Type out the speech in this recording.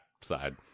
side